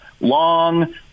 long